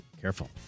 Careful